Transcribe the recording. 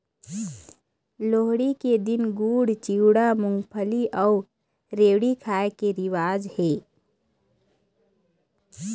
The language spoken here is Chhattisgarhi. लोहड़ी के दिन गुड़, चिवड़ा, मूंगफली अउ रेवड़ी खाए के रिवाज हे